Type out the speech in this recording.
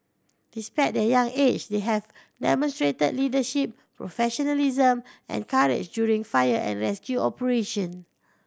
despite their young age they have demonstrated leadership professionalism and courage during fire and rescue operation